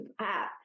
app